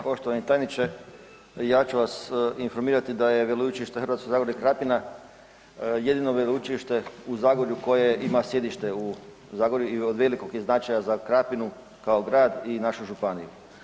Poštovani gospodine tajniče ja ću vas informirati da je Veleučilište Hrvatsko zagorje, Krapina jedino veleučilište u Zagorju koje ima sjedište u Zagorju i od velikog je značaja za Krapinu kao grad i našu županiju.